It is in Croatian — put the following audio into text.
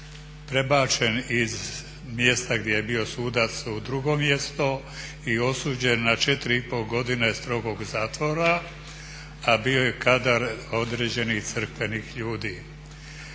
prebačen iz mjesta gdje je bio sudac u drugo mjesto i osuđen na 4,5 strogog zatvora. Bio je kadar određenih crkvenih ljudi.